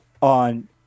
on